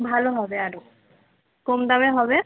ভালো হবে আরও কম দামে হবে